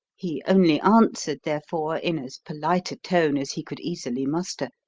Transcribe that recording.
he only answered, therefore, in as polite a tone as he could easily muster,